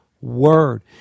word